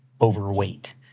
overweight